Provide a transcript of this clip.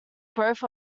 growth